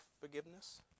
forgiveness